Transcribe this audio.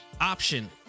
option